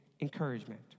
encouragement